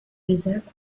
reserve